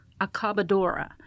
Acabadora